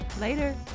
Later